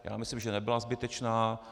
Já myslím, že nebyla zbytečná.